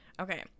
Okay